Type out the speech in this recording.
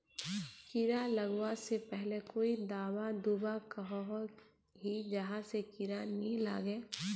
कीड़ा लगवा से पहले कोई दाबा दुबा सकोहो ही जहा से कीड़ा नी लागे?